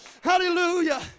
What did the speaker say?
hallelujah